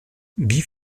wie